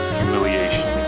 humiliation